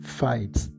fights